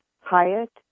Hyatt